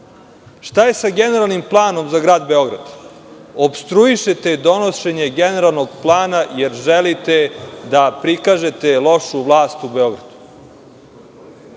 Šta je sa generalnim planom za grad Beograd? Opstruišete donošenje generalnog plana jer želite da prikažete lošu vlast u Beogradu. Juče